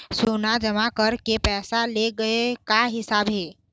सोना जमा करके पैसा ले गए का हिसाब हे?